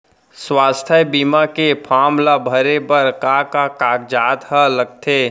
स्वास्थ्य बीमा के फॉर्म ल भरे बर का का कागजात ह लगथे?